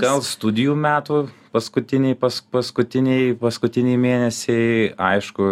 gal studijų metų paskutiniai pas paskutiniai paskutiniai mėnesiai aišku